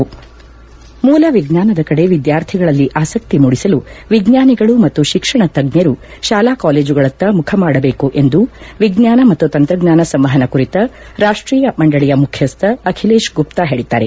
ಹಮೀದ್ಗ್ರೂಪ್ ಮೂಲ ವಿಜ್ಞಾನದ ಕಡೆ ವಿದ್ಯಾರ್ಥಿಗಳಲ್ಲಿ ಆಸಕ್ತಿ ಮೂಡಿಸಲು ವಿಜ್ಞಾನಿಗಳು ಮತ್ತು ಶಿಕ್ಷಣ ತಜ್ಞರು ಶಾಲಾ ಕಾಲೇಜುಗಳತ್ತ ಮುಖಮಾಡಬೇಕು ಎಂದು ವಿಜ್ಞಾನ ಮತ್ತು ತಂತ್ರಜ್ಞಾನ ಸಂವಹನ ಕುರಿತ ರಾಷ್ಟೀಯ ಮಂಡಳಿಯ ಮುಖ್ಖಸ್ತ ಅಖಿಲೇಶ್ ಗುಪ್ತಾ ಹೇಳಿದ್ದಾರೆ